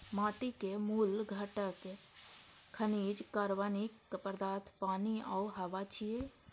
माटिक मूल घटक खनिज, कार्बनिक पदार्थ, पानि आ हवा छियै